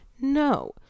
no